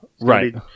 Right